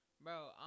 bro